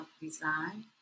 design